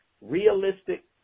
realistic